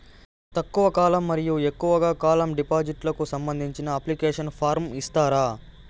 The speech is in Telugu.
తక్కువ కాలం మరియు ఎక్కువగా కాలం డిపాజిట్లు కు సంబంధించిన అప్లికేషన్ ఫార్మ్ ఇస్తారా?